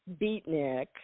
beatnik